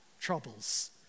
troubles